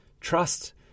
Trust